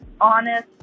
honest